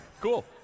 Cool